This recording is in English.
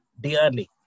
dearly